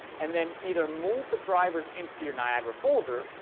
and then either move the drivers into your niagara folder,